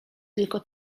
tylko